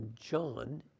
John